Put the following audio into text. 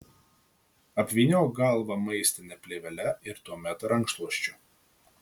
apvyniok galvą maistine plėvele ir tuomet rankšluosčiu